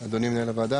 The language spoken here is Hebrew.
אדוני מנהל הוועדה,